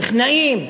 טכנאים,